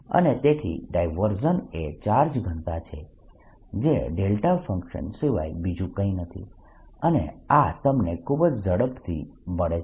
અને તેથી ડાયવર્જન્સ એ ચાર્જ ઘનતા છે જે ફંક્શન સિવાય બીજું કંઈ નથી અને આ તમને ખૂબ જ ઝડપથી મળે છે